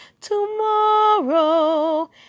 tomorrow